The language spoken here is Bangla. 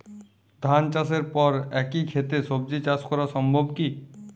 ধান চাষের পর একই ক্ষেতে সবজি চাষ করা সম্ভব কি?